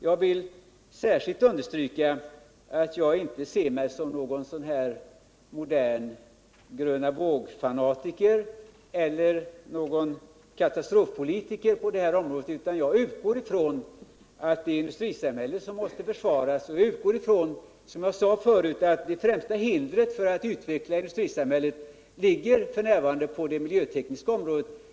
Jag vill särskilt understryka att jag inte ser mig som någon modern grönavågfanatiker eller katastrofpolitiker på det här området, utan jag utgår från att det är industrisamhället som måste försvaras. Jag utgår också från, som jag tidigare sade, att det främsta hindret för att utveckla industrisamhället f. n. ligger på det miljötekniska området.